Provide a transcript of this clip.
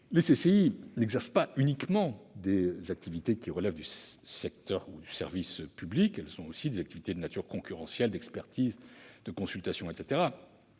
Les CCI n'exercent pas uniquement des activités qui relèvent du secteur ou du service public. Elles ont également des activités de nature concurrentielle, d'expertise et de consultation.